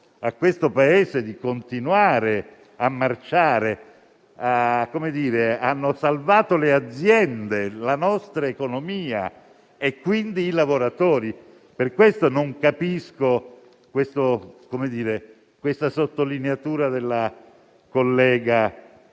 a questo Paese di continuare a marciare, hanno salvato le aziende, la nostra economia e quindi i lavoratori. Per questo non capisco questa sottolineatura della collega